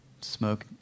Smoke